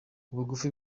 ubugufi